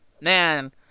man